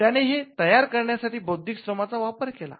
त्याने हे तयार करण्यासाठी बौद्धिक श्रमाचा वापर केला